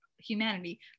humanity